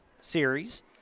series